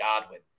Godwin